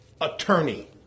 attorney